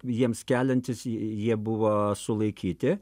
jiems keliantis jie buvo sulaikyti